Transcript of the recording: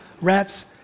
rats